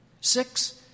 Six